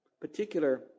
particular